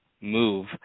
move